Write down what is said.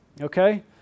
Okay